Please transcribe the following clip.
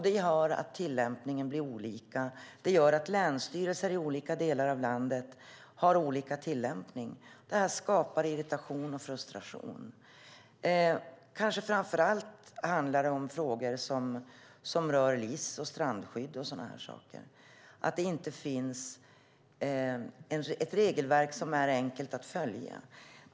Det gör att tillämpningen blir olika, att länsstyrelserna i olika delar av landet har olika tillämpning, och det skapar irritation och frustration. Främst kanske det handlar om frågor som rör strandskydd och sådant, att det inte finns ett regelverk som är enkelt att följa.